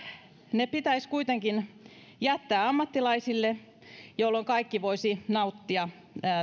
ne pitäisi kuitenkin jättää ammattilaisille jolloin kaikki voisivat nauttia